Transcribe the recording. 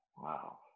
wow